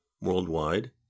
worldwide